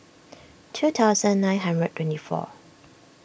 two thousand nine hundred twenty four